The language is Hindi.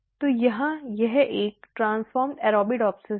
तो यहाँ यह एक ट्रान्सफोर्मेड अरबिडोप्सिस है